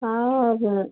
और